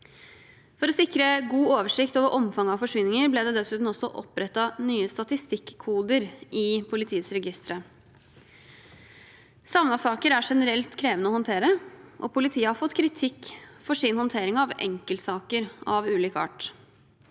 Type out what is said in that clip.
For å sikre god oversikt over omfanget av forsvinninger ble det dessuten også opprettet nye statistikkoder i politiets registre. Savnetsaker er generelt krevende å håndtere, og politiet har fått kritikk for sin håndtering av enkeltsaker av ulik art.